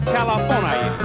California